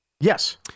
Yes